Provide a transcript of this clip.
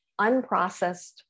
unprocessed